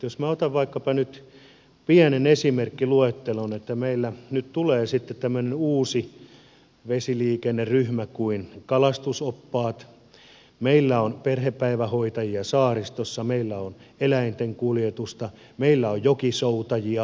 minä otan vaikkapa nyt pienen esimerkkiluettelon että meillä nyt tulee tämmöinen uusi vesiliikenneryhmä kuin kalastusoppaat ja meillä on perhepäivähoitajia saaristossa meillä on eläintenkuljetusta meillä on jokisoutajia